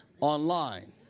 Online